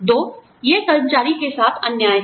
दो यह कर्मचारी के साथ अन्याय है